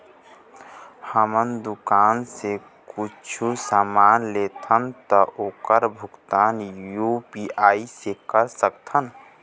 हमन दुकान से कुछू समान लेथन ता ओकर भुगतान यू.पी.आई से कर सकथन?